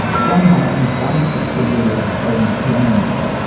john martin's wonderful cd of australian piano music,